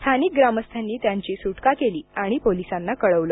स्थानिक ग्रामस्थांनी त्यांची सुटका केली आणि पोलिसांना कळवलं